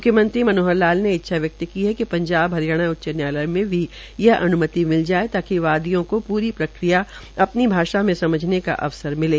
म्ख्यमंत्री मनोहर लाल ने इच्छा व्यक्त की है कि पंजाब हरियाणा उच्च न्यायालय में भी यह अन्मति मिल जाये ताकि वादियो को पूरी प्रक्रिया अपनी भाषा में समझने का अवसर मिले